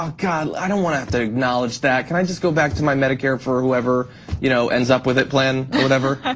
um god, i don't wanna have to acknowledge that, can i just go back to my medicare for whoever you know ends up with that plan whatever?